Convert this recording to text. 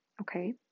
okay